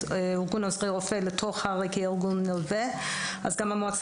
ארגון עוזרי הרופא לתוך הר"י כארגון נלווה אז גם המועצה